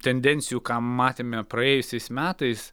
tendencijų ką matėme praėjusiais metais